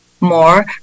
more